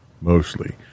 mostly